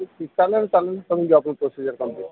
ठीक ठीक चालेल चालेल करून घेऊ आपण प्रोसिजर कंप्लीट